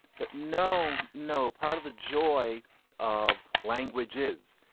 but no, no. part of the joy of language is,